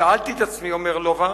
שאלתי את עצמי", אומר לובה,